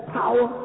power